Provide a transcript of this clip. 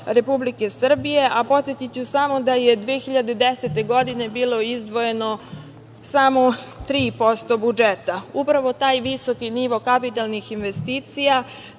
Republike Srbije, a podsetiću samo da je 2010. godine bilo izdvojeno samo 3% budžeta. Upravo taj visoki nivo kapitalnih investicija